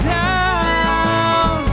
down